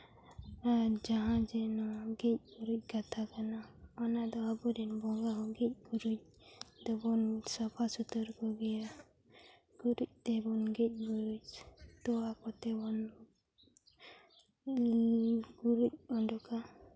ᱡᱟᱦᱟᱸ ᱡᱮ ᱜᱮᱡ ᱜᱩᱨᱤᱡ ᱠᱟᱛᱷᱟ ᱠᱟᱱᱟ ᱚᱱᱟᱫᱚ ᱟᱵᱚᱨᱮᱱ ᱵᱚᱸᱜᱟ ᱜᱮᱡ ᱜᱩᱨᱤᱡ ᱫᱚᱵᱚᱱ ᱥᱟᱯᱷᱟ ᱥᱩᱛᱟᱹᱨ ᱠᱚᱜᱮᱭᱟ ᱜᱩᱨᱤᱡ ᱛᱮᱵᱚᱱ ᱜᱮᱡ ᱜᱩᱨᱤᱡ ᱛᱚᱣᱟ ᱠᱚᱛᱮ ᱵᱚᱱ ᱜᱩᱨᱤᱡ ᱩᱰᱩᱠᱟ